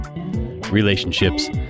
Relationships